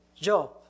job